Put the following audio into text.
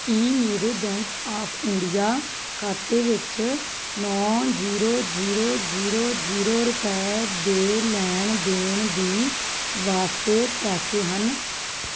ਕੀ ਮੇਰੇ bank of India ਖਾਤੇ ਵਿੱਚ ਨੌਂ ਜੀਰੋ ਜੀਰੋ ਜੀਰੋ ਜੀਰੋ ਰੁਪਏ ਦੇ ਲੈਣ ਦੇਣ ਦੀ ਵਾਸਤੇ ਪੈਸੇ ਹਨ